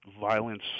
violence